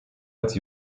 als